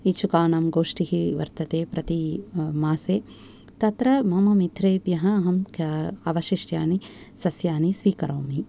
इच्छुकानां गोष्ठिः वर्तते प्रति मासे तत्र मम मित्रेभ्यः अहं के अवशिष्टानि सस्यानि स्वीकरोमि